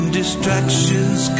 distractions